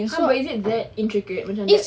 how about is it that intrigued macam like